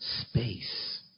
Space